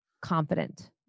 confident